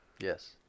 Yes